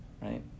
right